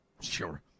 Sure